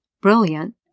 brilliant